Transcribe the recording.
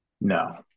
No